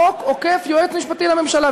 חוק עוקף יועץ משפטי לממשלה.